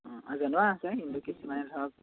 অঁ জনোৱা আছে কিন্তু কিছুমানে ধৰক